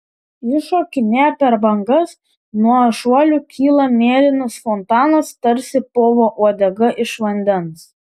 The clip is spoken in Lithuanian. ji šokinėja per bangas nuo šuolių kyla mėlynas fontanas tarsi povo uodega iš vandens